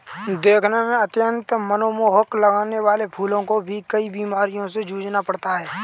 दिखने में अत्यंत मनमोहक लगने वाले फूलों को भी कई बीमारियों से जूझना पड़ता है